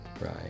Right